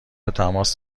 تماس